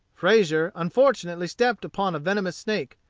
frazier unfortunately stepped upon a venomous snake,